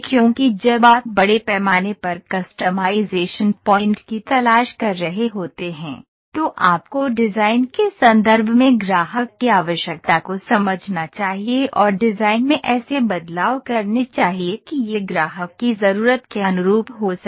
क्योंकि जब आप बड़े पैमाने पर कस्टमाइज़ेशन पॉइंट की तलाश कर रहे होते हैं तो आपको डिज़ाइन के संदर्भ में ग्राहक की आवश्यकता को समझना चाहिए और डिज़ाइन में ऐसे बदलाव करने चाहिए कि यह ग्राहक की ज़रूरत के अनुरूप हो सके